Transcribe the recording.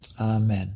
Amen